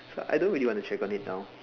but I don't really want to check on it now